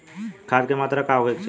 खाध के मात्रा का होखे के चाही?